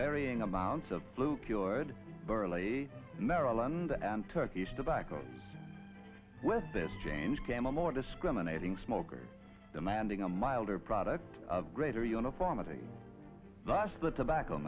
varying amounts of blue cured burley maryland and turkish to back up this change came a more discriminating smoker demanding a milder product of greater uniformity thus the tobacco